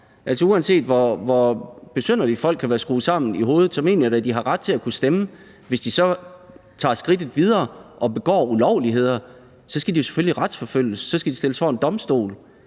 Uanset hvor besynderligt folk kan være skruet sammen i hovedet, mener jeg da, de har ret til at kunne stemme. Hvis de så tager skridtet videre og begår ulovligheder, skal de selvfølgelig retsforfølges. Så skal de stilles for en domstol.